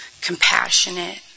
compassionate